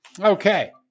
Okay